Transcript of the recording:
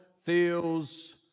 feels